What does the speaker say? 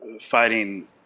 fighting